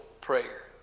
prayer